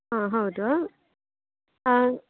ಹಾಂ ಹೌದು ಹಾಂ